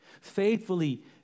faithfully